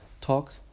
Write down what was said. talk